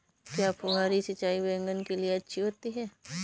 क्या फुहारी सिंचाई बैगन के लिए अच्छी होती है?